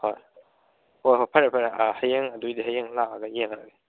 ꯍꯣꯏ ꯍꯣꯏ ꯍꯣꯏ ꯐꯔꯦ ꯐꯔꯦ ꯑꯥ ꯍꯌꯦꯡ ꯑꯗꯨꯒꯤꯗꯤ ꯍꯌꯦꯡ ꯂꯥꯛꯑꯒ ꯌꯦꯡꯉꯔꯒꯦ